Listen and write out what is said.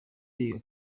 biga